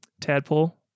tadpole